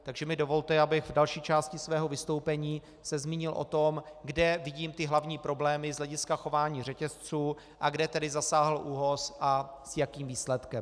Takže mi dovolte, abych se v další části svého vystoupení zmínil o tom, kde vidím hlavní problémy z hlediska chování řetězců a kde tedy zasáhl ÚOHS a s jakým výsledkem.